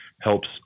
helps